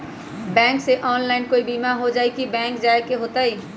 Bank से online कोई बिमा हो जाई कि बैंक जाए के होई त?